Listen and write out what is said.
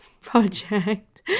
project